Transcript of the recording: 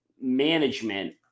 management